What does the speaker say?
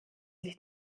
sich